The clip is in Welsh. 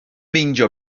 meindio